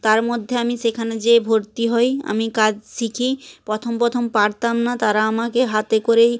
তার মধ্যে আমি সেখানে যেয়ে ভর্তি হই আমি কাজ শিখি প্রথম প্রথম পারতাম না তারা আমাকে হাতে করেই